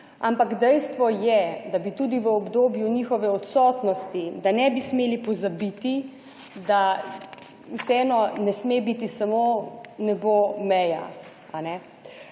Ampak dejstvo je, da bi tudi v obdobju njihove odsotnosti, da ne bi smeli pozabiti, da vseeno ne sme biti samo nebo meja.